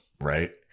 Right